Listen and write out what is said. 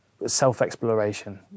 self-exploration